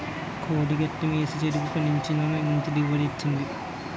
కోడి గెత్తెం ఏసి చెరుకు పండించినాను మంచి దిగుబడి వచ్చింది